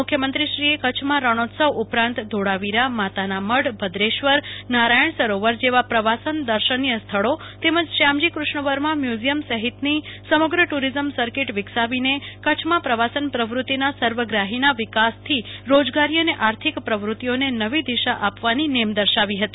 મુખ્યમંત્રીશ્રીએ કચ્છમાં રણીત્સવ ઉપરાંત ધીળાવીરા માતાના મઢ ભદ્રેશ્વર નારાયણ સરોવર જેવા પ્રવાસન દર્શનીય સ્થળો તેમજ શ્યામજી કૃષ્ણ વર્મા મ્યુઝિયમ સહિતની સમગ્ર ટુરિઝમ સરકીટ વિકસાવીને કચ્છમાં પ્રવાસન પ્રવૃત્તિના સર્વગ્રાફીના વિકાસથી રોજગારી અને આર્થિક પ્રવૃત્તિઓને નવી દિશા આપવાની નેમ દર્શાવી હતી